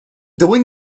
doing